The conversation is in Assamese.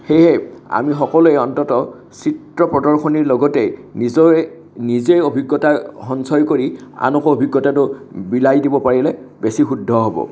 সেয়েহে আমি সকলোৱে অন্ততঃ চিত্ৰ প্ৰদৰ্শনীৰ লগতে নিজৰে নিজে অভিজ্ঞতা সঞ্চয় কৰি আনকো অভিজ্ঞতাটো বিলাই দিব পাৰিলে বেছি শুদ্ধ হ'ব